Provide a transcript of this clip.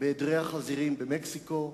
בעדרי החזירים במקסיקו.